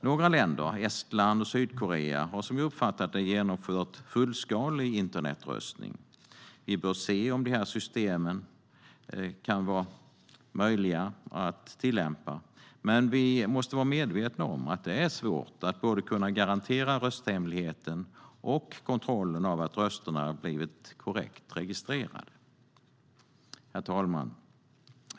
Några länder, Estland och Sydkorea, har som jag uppfattat det genomfört fullskalig internetröstning. Vi bör se om de systemen kan vara möjliga att tillämpa. Men vi måste vara medvetna om att det är svårt att kunna både garantera rösthemligheten och kontrollera att rösterna blivit korrekt registrerade. Herr talman!